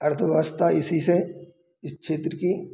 अर्थव्यवस्था इसी से इस क्षेत्र की